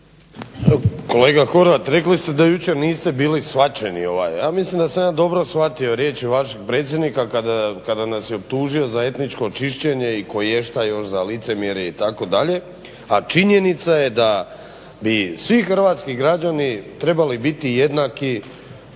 Kolega Horvat, rekli ste da jučer niste bili shvaćeni. Ja mislim da sam ja dobro shvatio riječi vašeg predsjednika kada nas je optužio za etničko čišćenje i koješta još za licemjerje itd., a činjenica je da bi svi hrvatski građani trebali biti jednaki